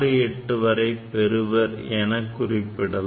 68 வரை பெறுவர் எனக் குறிப்பிடலாம்